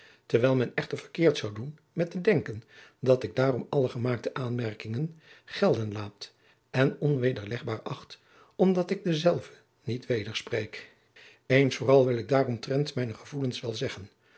terwijl men echter verkeerd zou doen met te denken dat ik daarom alle gemaakte aanmerkingen gelden laat en onwederlegbaar acht omdat ik dezelve niet wederspreek eens vooral wil ik daaromtrent mijne gevoelens wel zeggen